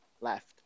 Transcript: left